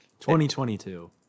2022